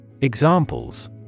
Examples